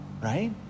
right